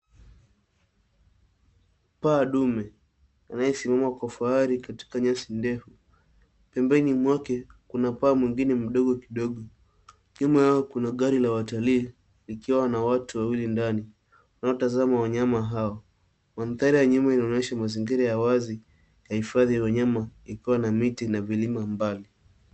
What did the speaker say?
Paa ndume anayesimama kwa fahari katika nyeso ndefu. Pembeni mwake kuna paa mwingine mdogo kiasi. Nyuma yao kuna gari la watalii likiwa na watu wawili ndani wanaotazama wanyama hao. Mandhari ya nyuma inaonyesha mazingira ya wazi ya hifadhi ya wanyama ikiwa na miti na vilima mbali.